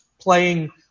playing –